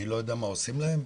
אני לא יודע מה עושים להם,